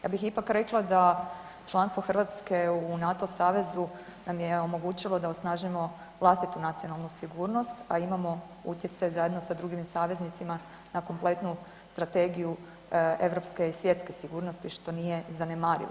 Ja bih ipak rekla da članstvo Hrvatske u NATO savezu nam je omogućilo da osnažimo vlastitu nacionalnu sigurnost, a imamo utjecaj zajedno sa drugim saveznicima na kompletnu strategiju europske i svjetske sigurnosti, što nije zanemarivo.